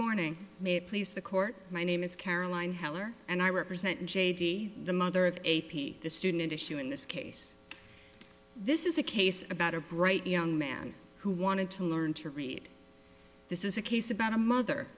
morning may please the court my name is caroline heller and i represent j d the mother of a p the student issue in this case this is a case about a bright young man who wanted to learn to read this is a case about a mother